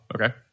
okay